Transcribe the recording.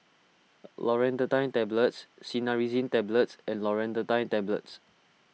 Loratadine Tablets Cinnarizine Tablets and Loratadine Tablets